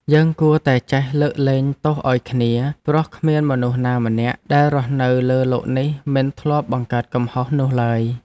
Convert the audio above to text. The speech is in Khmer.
យើងគួរតែចេះលើកលែងទោសឱ្យគ្នា ព្រោះគ្មានមនុស្សណាម្នាក់ដែលរស់នៅលើលោកនេះមិនធ្លាប់បង្កើតកំហុសនោះឡើយ។